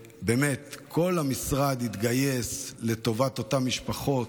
באמת כל המשרד התגייס לטובת אותן משפחות.